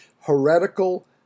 heretical